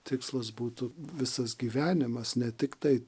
tikslas būtų visas gyvenimas ne tiktai